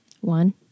One